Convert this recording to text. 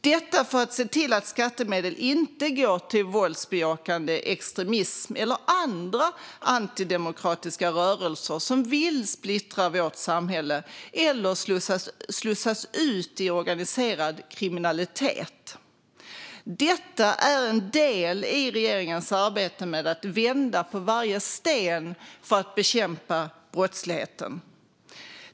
Detta för att se till att skattemedel inte går till våldsbejakande extremism eller andra antidemokratiska rörelser som vill splittra vårt samhälle eller att de slussas ut i organiserad kriminalitet. Detta är en del i regeringens arbete med att vända på varje sten för att bekämpa brottsligheten.